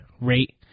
rate